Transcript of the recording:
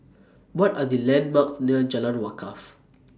What Are The landmarks near Jalan Wakaff